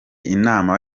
inama